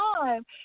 time